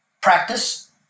practice